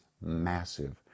massive